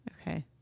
Okay